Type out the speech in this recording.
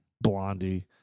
Blondie